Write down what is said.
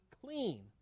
clean